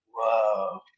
whoa